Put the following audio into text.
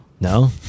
No